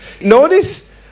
Notice